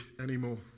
anymore